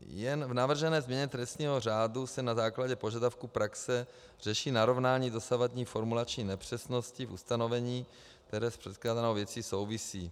Jen v navržené změně trestního řádu se na základě požadavků praxe řeší narovnání dosavadní formulační nepřesnosti v ustanovení, které s předkládanou věcí souvisí.